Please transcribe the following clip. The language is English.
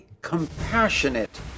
compassionate